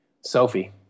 Sophie